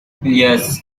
yes